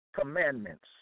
commandments